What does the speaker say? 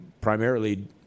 primarily